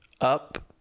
up